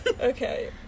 Okay